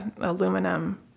aluminum